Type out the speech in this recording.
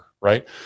right